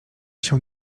się